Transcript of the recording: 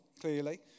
clearly